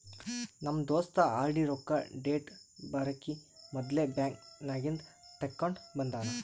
ನಮ್ ದೋಸ್ತ ಆರ್.ಡಿ ರೊಕ್ಕಾ ಡೇಟ್ ಬರಕಿ ಮೊದ್ಲೇ ಬ್ಯಾಂಕ್ ನಾಗಿಂದ್ ತೆಕ್ಕೊಂಡ್ ಬಂದಾನ